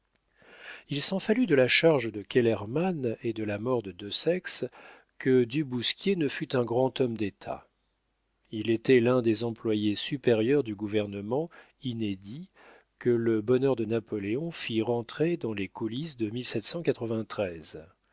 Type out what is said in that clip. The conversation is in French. il s'en fallut de la charge de kellermann et de la mort de desaix que du bousquier ne fût un grand homme d'état il était l'un des employés supérieurs du gouvernement inédit que le bonheur de napoléon fit rentrer dans les coulisses de